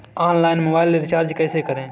Online mobile recharge कैसे करें?